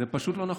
זה פשוט לא נכון.